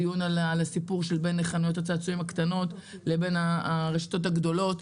דיון על הסיפור שבין חנויות הצעצועים הקטנות לבין הרשתות הגדולות,